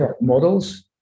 models